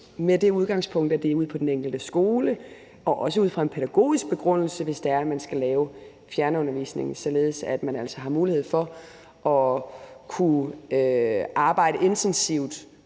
med det udgangspunkt, at det sker ude på den enkelte skole og også sker ud fra en pædagogisk begrundelse, hvis man skal lave fjernundervisning, således at man altså har mulighed for at kunne arbejde intensivt